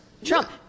Trump